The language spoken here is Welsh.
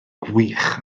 gwych